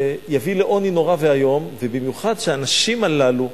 תביא לעוני נורא ואיום, במיוחד שהאנשים הללו,